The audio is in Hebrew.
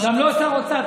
גם לא שר אוצר.